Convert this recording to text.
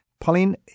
Pauline